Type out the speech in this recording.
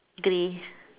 grey